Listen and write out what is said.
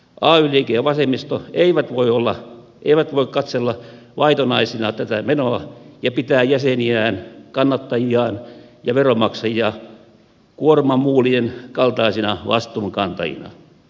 ay liike ja vasemmisto eivät voi katsella vaitonaisina tätä menoa ja pitää jäseniään kannattajiaan ja veronmaksajia kuormamuulien kaltaisina vastuunkantajina